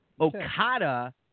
Okada